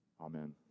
Amen